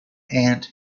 aunt